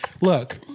Look